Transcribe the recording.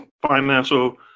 financial